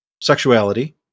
Sexuality